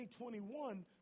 2021